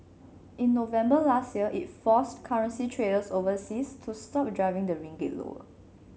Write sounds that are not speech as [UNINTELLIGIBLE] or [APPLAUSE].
in November last year it forced currency traders overseas to stop [UNINTELLIGIBLE] driving the ringgit lower